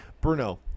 Bruno